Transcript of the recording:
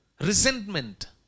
resentment